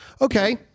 Okay